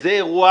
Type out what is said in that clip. וזה אירוע